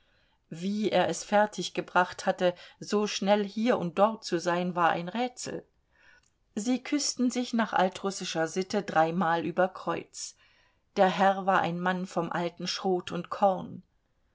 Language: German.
wie er es fertiggebracht hatte so schnell hier und dort zu sein war ein rätsel sie küßten sich nach altrussischer sitte dreimal übers kreuz der herr war ein mann vom alten schrot und korn